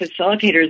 facilitators